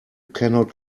cannot